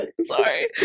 sorry